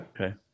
Okay